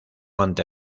ante